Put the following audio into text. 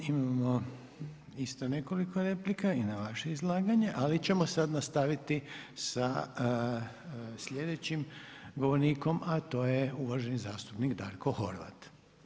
Imamo isto nekoliko replika i na vaše izlaganje, ali ćemo sad nastaviti sa sljedećim govornikom, a to je uvaženi zastupnik Darko Horvat.